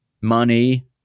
money